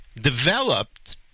developed